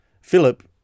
Philip